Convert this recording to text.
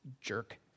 jerk